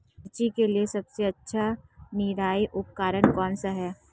मिर्च के लिए सबसे अच्छा निराई उपकरण कौनसा है?